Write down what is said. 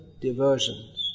diversions